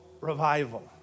revival